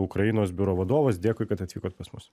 ukrainos biuro vadovas dėkui kad atvykot pas mus